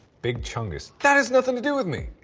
big chungus? that has nothing to do with me!